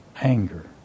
anger